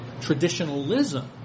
Traditionalism